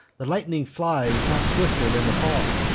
the lightning flies not swifter than the fall,